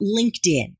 LinkedIn